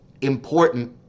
important